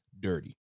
dirty